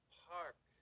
park